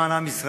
למען עם ישראל,